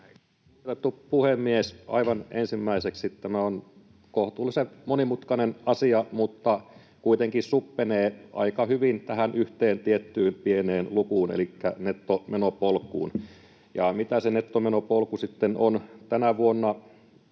Kunnioitettu puhemies! Aivan ensimmäiseksi: Tämä on kohtuullisen monimutkainen asia, mutta kuitenkin suppenee aika hyvin tähän yhteen tiettyyn pieneen lukuun elikkä nettomenopolkuun. Ja mitä se nettomenopolku sitten on tänä vuonna?